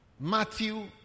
Matthew